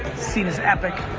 scene is epic.